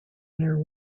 inner